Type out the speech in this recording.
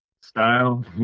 style